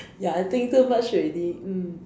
ya I think too much already mm